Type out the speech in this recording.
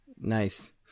Nice